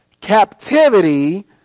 captivity